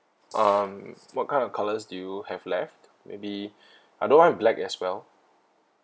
um what kind of colours do you have left maybe I don't want have black as well